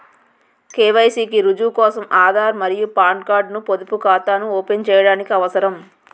KYC కి రుజువు కోసం ఆధార్ మరియు పాన్ కార్డ్ ను పొదుపు ఖాతాను ఓపెన్ చేయడానికి అవసరం